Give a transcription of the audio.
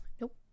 nope